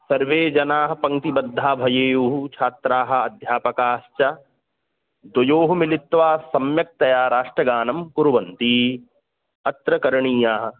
सर्वे जनाः पङ्क्तिबद्धाः भवेयुः छात्राः अध्यापकाश्च द्वयोः मिलित्वा सम्यक्तया राष्ट्रगानं कुर्वन्ति अत्र करणीयाः